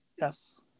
Yes